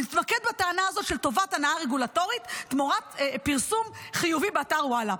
נתמקד בטענה הזו של טובת הנאה רגולטורית תמורת פרסום חיובי באתר וואלה,